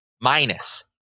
minus